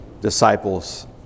disciples